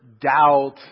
doubt